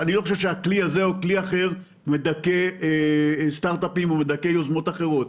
שהכלי הזה או כלי אחר מדכא סטרט-אפים או יוזמות אחרות.